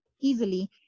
easily